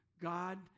God